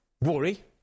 Worry